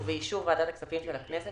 ובאישור ועדת הכספים של הכנסת,